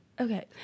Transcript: Okay